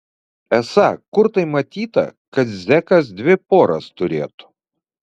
esą kur tai matyta kad zekas dvi poras turėtų